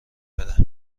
بره